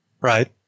Right